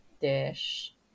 dish